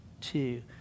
two